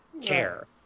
care